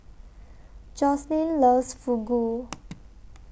Joslyn loves Fugu